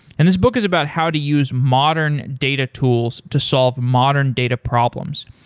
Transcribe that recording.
and this book is about how to use modern data tools to solve modern data problems.